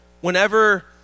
whenever